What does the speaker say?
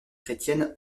chrétienne